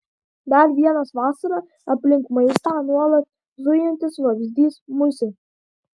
dar vienas vasarą aplink maistą nuolat zujantis vabzdys musė